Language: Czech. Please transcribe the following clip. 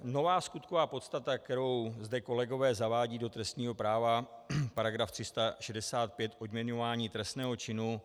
Nová skutková podstata, kterou zde kolegové zavádějí do trestního práva, § 365 odměňování trestného činu.